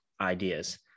ideas